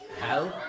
Help